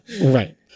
Right